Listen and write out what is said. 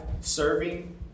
serving